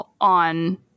on